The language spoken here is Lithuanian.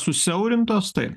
susiaurintos tai